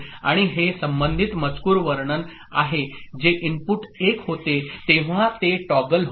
आणि हे संबंधित मजकूर वर्णन आहे जे इनपुट 1 होते तेव्हा ते टॉगल होते